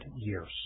years